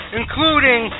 including